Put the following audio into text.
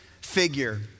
figure